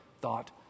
thought